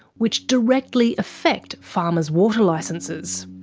which directly affect farmer's water licences.